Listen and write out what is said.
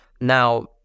Now